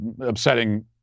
upsetting